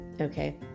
okay